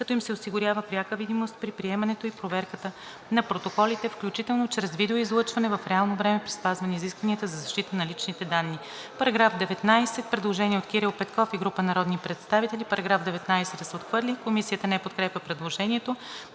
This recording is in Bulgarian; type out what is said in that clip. като им се осигурява пряка видимост при приемането и проверката на протоколите, включително чрез видеоизлъчване в реално време при спазване изискванията за защита на личните данни.“ По § 19 има предложение от Кирил Петков и група народни представители: „§ 19 да се отхвърли.“ Комисията не подкрепя предложението.